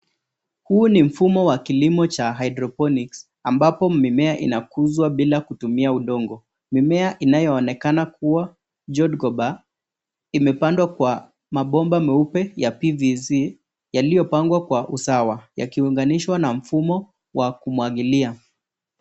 Huu ni mfumo wa kilimo cha hydroponics ambapo mimea inakuzwa bila kutumia udongo. Mimea inayoonekana kuwa jodkoba imepandwa kwa mabomba meupe ya pvc yaliyopangwa kwa usawa yakiunganishwa na mfumo wa kumwagilia.